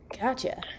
Gotcha